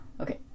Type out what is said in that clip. okay